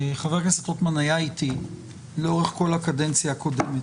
חבר הכנסת רוטמן היה איתי לאורך כל הקדנציה הקודמת.